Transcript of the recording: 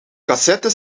cassette